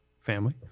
family